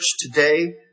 today